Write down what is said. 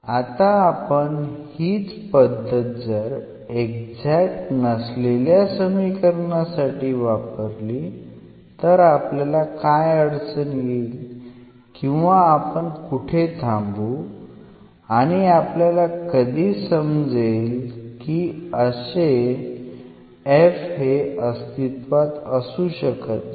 आता आपण हीच पद्धत जर एक्झॅक्ट नसलेल्या समीकरणासाठी वापरली तर आपल्याला काय अडचण येईल किंवा आपण कुठे थांबू आणि आपल्याला कधी समजेल की अशा f चे अस्तित्व नाही